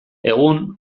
egun